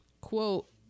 quote